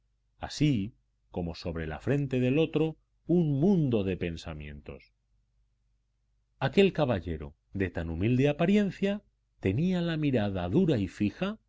así como sobre la frente del otro un mundo de pensamientos aquel caballero de tan humilde apariencia tenía la mirada dura y fija